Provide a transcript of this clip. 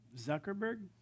Zuckerberg